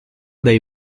dei